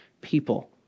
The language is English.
people